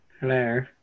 Hello